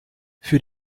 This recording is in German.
für